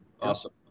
awesome